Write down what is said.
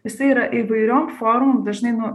jisai yra įvairiom formom dažnai nu